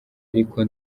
ariko